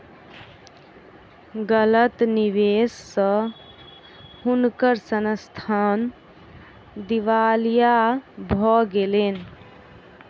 गलत निवेश स हुनकर संस्थान दिवालिया भ गेलैन